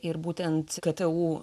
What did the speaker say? ir būtent ktu